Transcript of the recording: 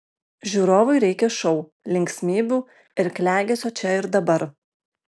žiūrovui reikia šou linksmybių ir klegesio čia ir dabar